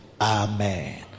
amen